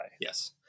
Yes